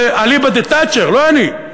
זה אליבא דתאצ'ר, לא אני.